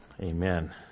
Amen